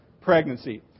pregnancy